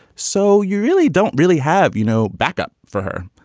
so you really don't really have, you know, backup for her.